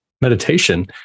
meditation